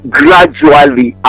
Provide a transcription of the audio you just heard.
gradually